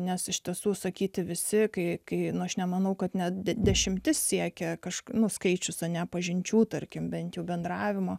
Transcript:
nes iš tiesų sakyti visi kai nu aš nemanau kad net dešimtis siekia kažką nuskaičius ane pažinčių tarkim bent jų bendravimo